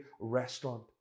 restaurant